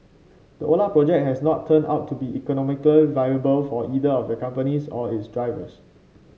the Ola project has not turned out to be economically viable for either of the company or its drivers